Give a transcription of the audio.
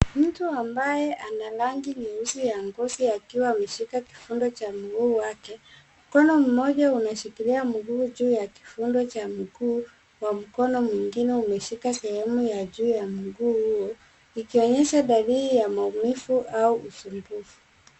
Mtu ambaye ana rangi nyeusi ya ngozi akiwa ameshika kifundo cha mguu wake. Mkono mmoja unashikilia mguu juu ya kifundo cha mguu na mkono mwingine umeshika sehemu ya juu ya mguu huo ikionyesha dalili ya maumivu au usumbufu.